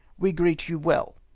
we greet you well.